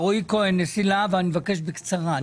רועי כהן, נשיא להב, ואני מבקש בקצרה.